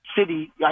city